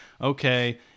okay